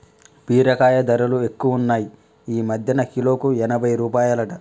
బీరకాయ ధరలు ఎక్కువున్నాయ్ ఈ మధ్యన కిలోకు ఎనభై రూపాయలట